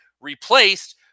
replaced